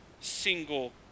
single